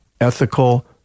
ethical